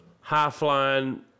high-flying